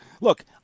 Look